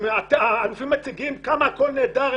הם מציגים כמה הכול נהדר,